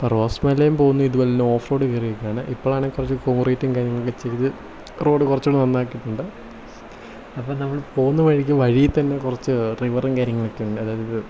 അപ്പം റോസ് മലേം പോവുന്നത് ഇതുപോലെന്നെ ഓഫ് റോഡ് കയറിയൊക്കെയാണ് ഇപ്പോഴാണ് കുറച്ചു കാര്യങ്ങളൊക്കെ ചെയ്ത് റോഡ് കുറച്ചു കൂടെ നന്നാക്കിയിട്ടുണ്ട് അപ്പം നമ്മൾ പോവുന്ന വഴിക്ക് വഴീത്തന്നെ കുറച്ചു റിവറും കാര്യങ്ങളൊക്കെയുണ്ട് അതായത്